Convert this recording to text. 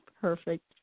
perfect